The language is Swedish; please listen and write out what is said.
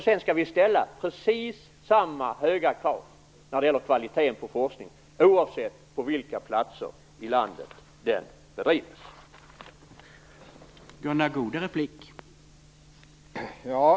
Sedan skall vi ställa precis samma höga krav när det gäller kvaliteten på forskningen oavsett på vilken plats i landet den bedrivs.